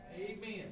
Amen